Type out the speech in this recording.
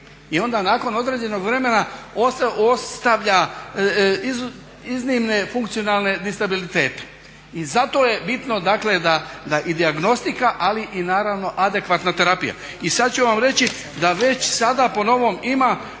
i onda nakon određenog vremena ostavlja iznimne funkcionalne distabilitete. I zato je bitno dakle da i dijagnostika ali i naravno adekvatna terapija. I sad ću vam reći da već sada po novom ima